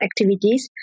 activities